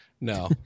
No